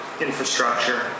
infrastructure